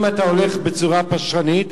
אם אתה הולך בצורה פשרנית,